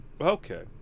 Okay